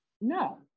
No